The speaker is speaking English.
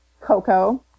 Coco